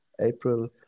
april